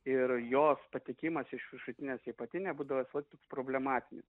ir jos patekimas iš viršutinės į apatinę būdavo toks problematinis